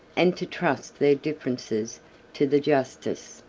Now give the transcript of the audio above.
and to trust their differences to the justice,